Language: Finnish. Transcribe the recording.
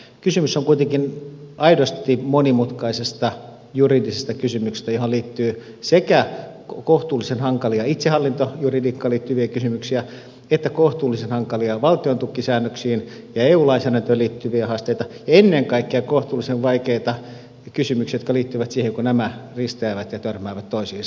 kysymys on kuitenkin aidosti monimutkaisesta juridisesta kysymyksestä johon liittyy sekä kohtuullisen hankalia itsehallintojuridiikkaan liittyviä kysymyksiä että kohtuullisen hankalia valtiontukisäännöksiin ja eu lainsäädäntöön liittyviä haasteita ja ennen kaikkea kohtuullisen vaikeita kysymyksiä jotka liittyvät siihen että nämä risteävät ja törmäävät toisiinsa